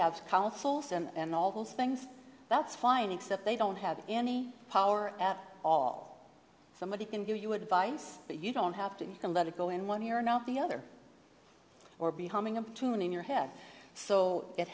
councils and all those things that's fine except they don't have any power at all somebody can give you advice but you don't have to let it go in one ear not the other or be humming a tune in your head so it